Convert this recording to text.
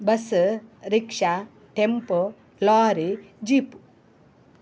bus rickshaw tempo lorry jeep